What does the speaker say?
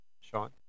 Sean